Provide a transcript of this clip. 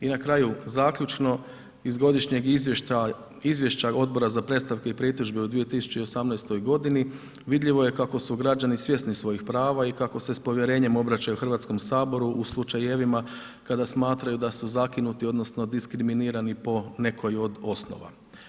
I na kraju, zaključno, iz godišnjeg izvješća Odbora za predstavke i pritužbe u 2018. g. vidljivo je kako su građani svjesni svojih prava i kako se s povjerenjem obraćaju Hrvatskom saboru u slučajevima kada smatraju da su zakinuti odnosno diskriminirani po nekoj od osnova.